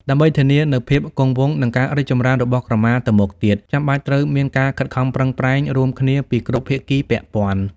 ដើម្បីធានានូវភាពគង់វង្ស និងការរីកចម្រើនរបស់ក្រមាទៅមុខទៀត ចាំបាច់ត្រូវមានការខិតខំប្រឹងប្រែងរួមគ្នាពីគ្រប់ភាគីពាក់ព័ន្ធ។